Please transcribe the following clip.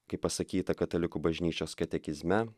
kaip pasakyta katalikų bažnyčios katekizme